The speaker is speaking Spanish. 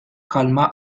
calma